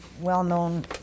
well-known